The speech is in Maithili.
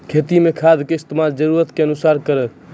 खेती मे खाद के इस्तेमाल जरूरत के अनुसार करऽ